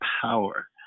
power